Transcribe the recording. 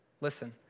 Listen